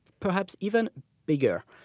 perhaps even bigger,